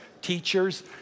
teachers